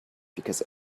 because